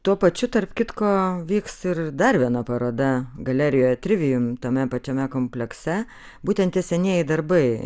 tuo pačiu tarp kitko vyks ir dar viena paroda galerijoje trivijum tame pačiame komplekse būtent tie senieji darbai